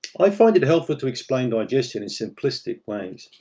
i find it helpful to explain digestion in simplistic ways.